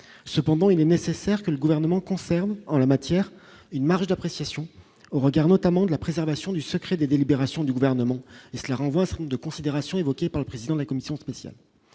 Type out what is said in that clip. cependant, il est nécessaire que le gouvernement concernent en la matière une marge d'appréciation au regard notamment de la préservation du secret des délibérations du gouvernement et cela renvoie de considérations évoquée par le président de la Commission spéciale